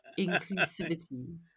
Inclusivity